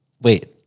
Wait